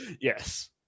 Yes